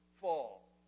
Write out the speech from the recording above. fall